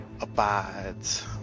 abides